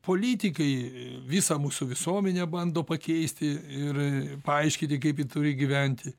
politikai visą mūsų visuomenę bando pakeisti ir paaiškiti kaip ji turi gyventi